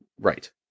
Right